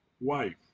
wife